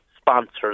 sponsors